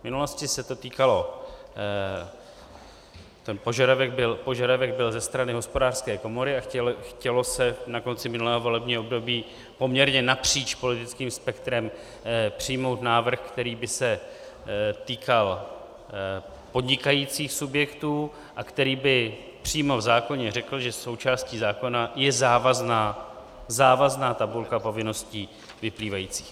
V minulosti se to týkalo, ten požadavek byl ze strany Hospodářské komory a chtělo se na konci minulého volebního období poměrně napříč politickým spektrem přijmout návrh, který by se týkal podnikajících subjektů a který by přímo v zákoně řekl, že součástí zákona je závazná závazná tabulka povinností vyplývajících.